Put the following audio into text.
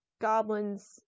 goblins